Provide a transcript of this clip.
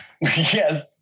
Yes